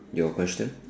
your question